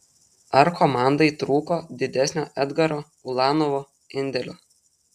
ar komandai trūko didesnio edgaro ulanovo indėlio